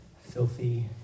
filthy